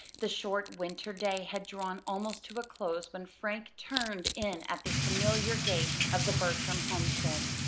the short winter day had drawn almost to a close when frank turned in at the familiar gate of the bertram homestead.